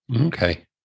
Okay